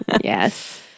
Yes